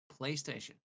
PlayStation